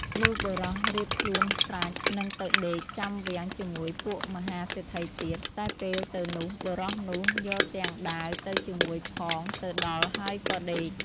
លុះបុរសរៀបខ្លួនស្រេច នឹងទៅដេកចាំវាំងជាមួយពួកមហាសេដ្ឋីទៀត តែពេលទៅនោះបុរសនោះយកទាំងដាវទៅជាមួយផងទៅដល់ហើយក៏ដេក ។